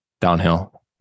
Downhill